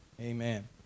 Amen